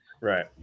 right